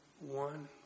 one